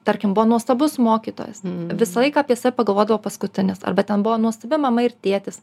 tarkim buvo nuostabus mokytojas visą laiką apie sa pagalvodavo paskutinis arba ten buvo nuostabi mama ir tėtis